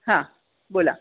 हां बोला